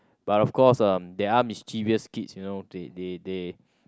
but of course uh there are mischievous kid you know they they they